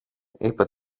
είπε